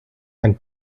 and